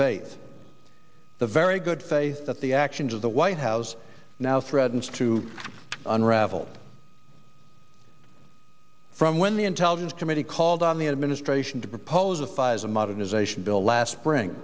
faith the very good faith that the actions of the white house now threatens to unravel from when the intelligence committee called on the administration to propose a fison modernization bill last spring